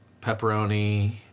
pepperoni